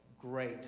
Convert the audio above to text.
great